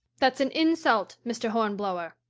that's an insult, mr. hornblower.